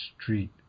street